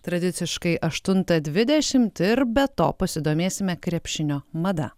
tradiciškai aštuntą dvidešimt ir be to pasidomėsime krepšinio mada